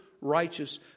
righteous